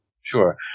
Sure